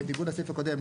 בניגוד לסעיף הקודם,